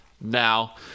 now